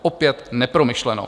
Opět nepromyšleno.